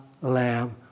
Lamb